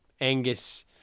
Angus